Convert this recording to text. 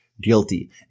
guilty